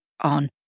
on